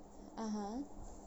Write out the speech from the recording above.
(uh huh)